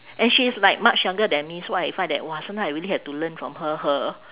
and she is like much younger than me so I find that !wah! sometime I really have to learn from her her